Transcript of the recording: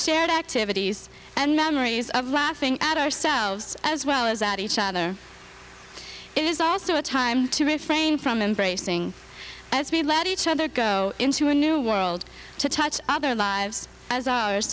shared activities and memories of laughing at ourselves as well as at each other it is also a time to refrain from embracing as we let each other go into a new world to touch other lives as ours